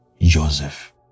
Joseph